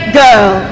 girl